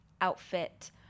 outfit